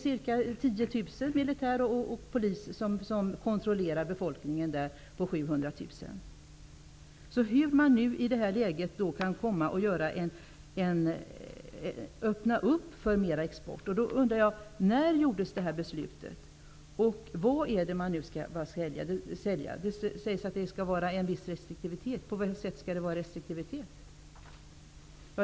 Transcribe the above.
Ca 10 000 militärer och poliser kontrollerar en befolkning på Jag undrar hur man i det läget kan öppna för mer export. När fattades detta beslut? Vad är det man skall sälja? Det sägs att det skall göras med en viss restriktivitet. På vilket sätt skall det vara restriktivitet?